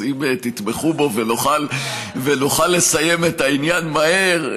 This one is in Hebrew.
אז אם תתמכו בו ונוכל לסיים את העניין מהר,